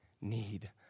need